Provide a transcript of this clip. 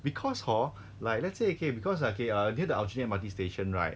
because hor like let's say okay because okay uh near the aljunied M_R_T station right